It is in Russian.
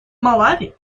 малави